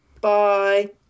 Bye